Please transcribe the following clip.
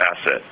asset